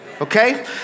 okay